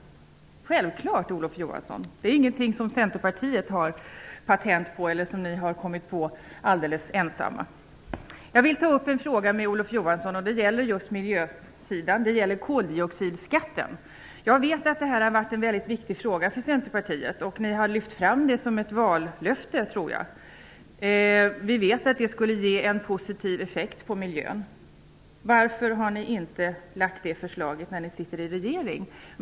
Det är ju självklart, Olof Johansson. Det är ingenting som ni i Centern har patent på eller som ni alldeles ensamma kommit på. Jag vill ta upp en fråga med Olof Johansson som gäller miljön, nämligen koldioxidskatten. Jag vet att frågan om koldioxidskatt varit mycket viktig för Centern. Centern har också lyft fram den som ett vallöfte, tror jag. Vi vet att en sådan skatt skulle ge en positiv effekt på miljön. Men varför har ni inte lagt fram Centerns förslag när ni sitter i regeringsställning?